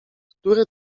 które